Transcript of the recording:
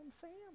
family